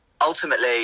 ultimately –